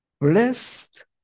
Blessed